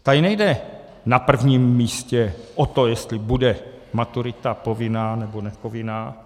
Tady nejde na prvním místě o to, jestli bude maturita povinná, nebo nepovinná.